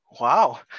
wow